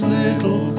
little